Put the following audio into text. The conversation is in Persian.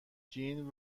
جین